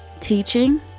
teaching